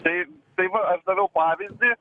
tai tai va aš daviau pavyzdį